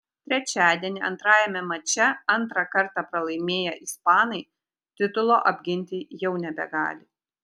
trečiadienį antrajame mače antrą kartą pralaimėję ispanai titulo apginti jau nebegali